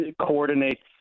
coordinates